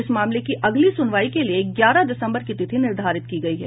इस मामले की अगली सुनवाई के लिए ग्यारह दिसंबर की तिथि निर्धारित की गयी है